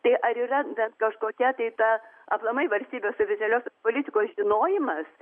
tai ar yra bent kažkokia tai ta aplamai valstybės oficialios politikos žinojimas